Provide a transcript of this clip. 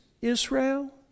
Israel